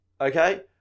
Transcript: Okay